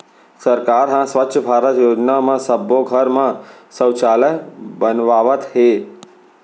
सरकार ह स्वच्छ भारत योजना म सब्बो घर म सउचालय बनवावत हे